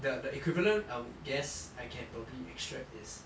the the equivalent I would guess I can probably extract is